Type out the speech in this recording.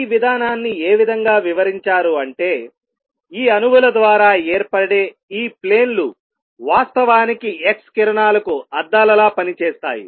ఈ విధానాన్ని ఏ విధంగా వివరించారు అంటే ఈ అణువుల ద్వారా ఏర్పడే ఈ ప్లేన్ లు వాస్తవానికి ఎక్స్ కిరణాలకు అద్దాలలా పనిచేస్తాయి